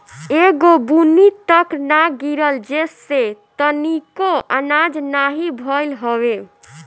एगो बुन्नी तक ना गिरल जेसे तनिको आनाज नाही भइल हवे